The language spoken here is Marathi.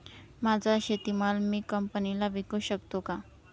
माझा शेतीमाल मी कंपनीला विकू शकतो का?